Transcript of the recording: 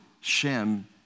Shem